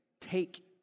take